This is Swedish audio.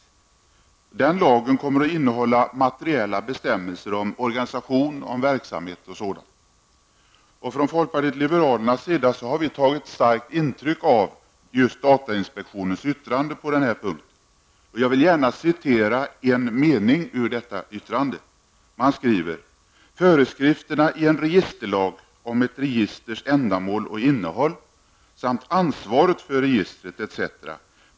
Folkbokföringslagen kommer att innehålla materiella bestämmelser om organisation, verksamhet, m.m. Från folkpartiet liberalernas sida har vi här tagit starkt intryck av datainspektionens yttrande på den här punkten. Jag vill gärna citera en mening ur detta yttrande. Man skriver:''Föreskrifterna i en registerlag om ett registers ändamål och innehåll samt ansvaret för registret etc.